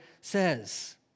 says